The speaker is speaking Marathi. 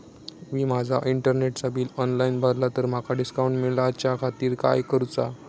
मी माजा इंटरनेटचा बिल ऑनलाइन भरला तर माका डिस्काउंट मिलाच्या खातीर काय करुचा?